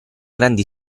grandi